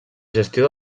gestió